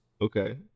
Okay